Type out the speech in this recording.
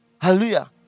Hallelujah